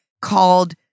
called